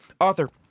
author